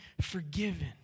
forgiven